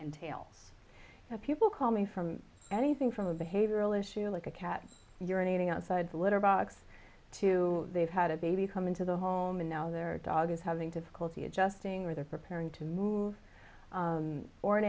entail people call me from anything from a behavioral issue like a cat urine eating outside litter box to they've had a baby come into the home and now their dog is having difficulty adjusting or they're preparing to move or an